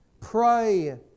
Pray